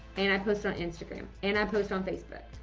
and i post on instagram. and i post on facebook.